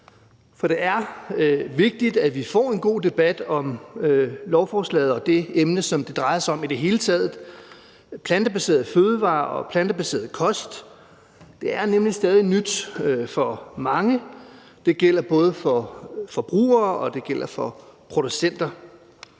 Det er vigtigt, at vi får en god debat om lovforslaget og det emne, som det drejer sig om i det hele taget. Plantebaserede fødevarer og plantebaseret kost er nemlig stadig nyt for mange. Det gælder både for forbrugere og for producenter.